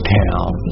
town